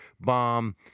bomb